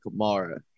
Kamara